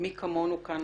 מי כמונו כאן,